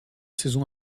saisons